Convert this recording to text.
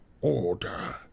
Order